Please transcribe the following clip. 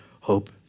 hope